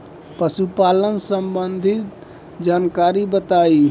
पशुपालन सबंधी जानकारी बताई?